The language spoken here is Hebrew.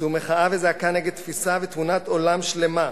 זו מחאה וזעקה נגד תפיסה ותמונת עולם שלמה,